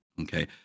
Okay